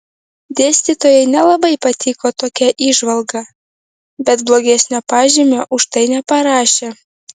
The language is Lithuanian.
dėstytojai nelabai patiko tokia įžvalga bet blogesnio pažymio už tai neparašė